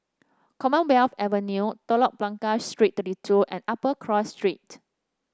Commonwealth Avenue Telok Blangah Street Thirty two and Upper Cross Street